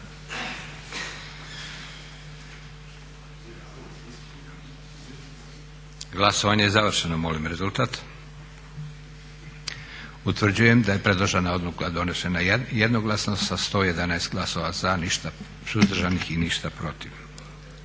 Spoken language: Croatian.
Glasovanje je završeno. Molim rezultat. Utvrđujem da je predložena odluka donešena jednoglasno sa 111 glasova za, ništa suzdržanih i ništa protiv.